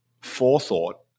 forethought